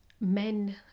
men